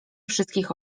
wszystkich